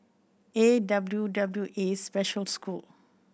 A W W A Special School